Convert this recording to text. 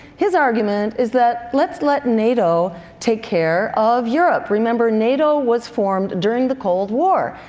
his argument is that, let's let nato take care of europe. remember, nato was formed during the cold war,